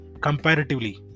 comparatively